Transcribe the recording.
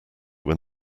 when